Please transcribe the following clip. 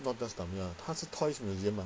not just Tamiya car 他是 toys museum ah